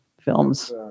films